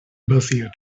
bezier